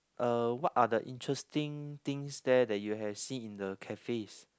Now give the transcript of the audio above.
uh what are the interesting things there that you have seen in the cafes